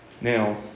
Now